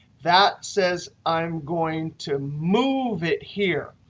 that says i'm going to move it here.